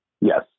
Yes